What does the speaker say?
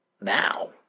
now